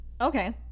Okay